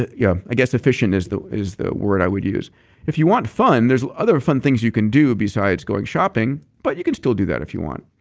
yeah, i guess efficient is the is the word i would use if you want fun, there's other fun things you can do besides going shopping, but you can still do that if you want,